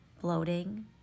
bloating